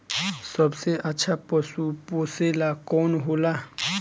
सबसे अच्छा पशु पोसेला कौन होला?